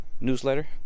newsletter